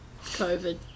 COVID